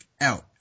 out